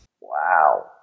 Wow